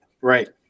right